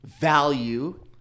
value